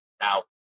Now